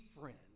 friend